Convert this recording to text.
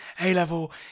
A-level